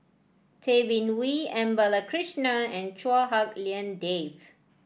Tay Bin Wee M Balakrishnan and Chua Hak Lien Dave